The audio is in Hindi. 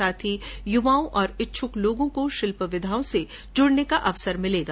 साथ ही युवाओ और इच्छुक लोगों को शिल्प विधाओं से जुड़ने का अवसर मिलेगा